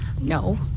No